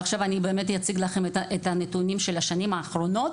ועכשיו אני באמת אציג לכם את הנתונים של השנים האחרונות